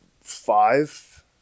five